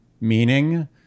meaning